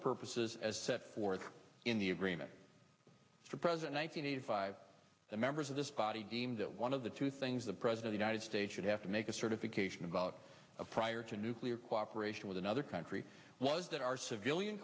purposes as set forth in the agreement for present one hundred five the members of this body deemed that one of the two things the president united states would have to make a certification about a prior to nuclear cooperate with another country was that our civilian